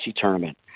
tournament